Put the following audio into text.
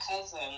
cousin